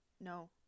no